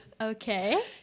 okay